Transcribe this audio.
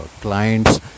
clients